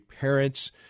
parents